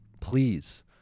Please